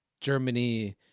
Germany